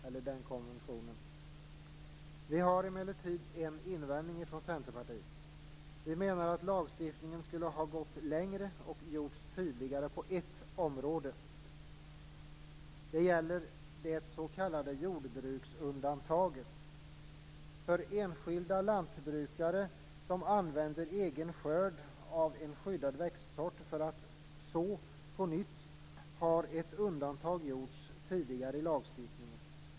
Vi i Centerpartiet har emellertid en invändning. Vi menar nämligen att lagstiftningen skulle ha gått längre och att den skulle ha gjorts tydligare på ett område. Det gäller då det s.k. jordbruksundantaget. För enskilda lantbrukare som använder egen skörd av en skyddad växtsort för att så på nytt har ett undantag gjorts tidigare i lagstiftningen.